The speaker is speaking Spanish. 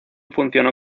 funcionó